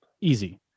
easy